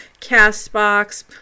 Castbox